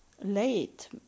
late